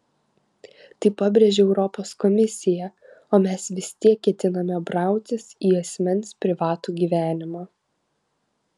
tai pabrėžia europos komisija o mes vis tiek ketiname brautis į asmens privatų gyvenimą